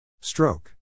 stroke